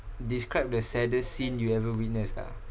describe the saddest scene you ever witnessed lah